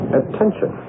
attention